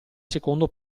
secondo